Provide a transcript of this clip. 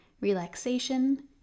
relaxation